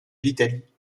l’italie